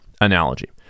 analogy